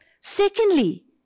Secondly